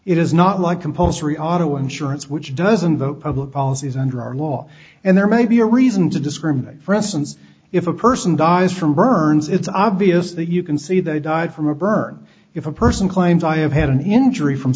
it is not like compulsory auto insurance which doesn't the public policy is under our law and there may be a reason to discriminate for instance if a person dies from burns it's obviously you can see they died from a burn if a person claims i have had an injury from